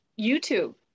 YouTube